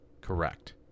Correct